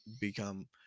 become –